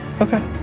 Okay